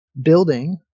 building